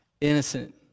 Innocent